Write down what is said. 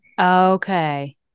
Okay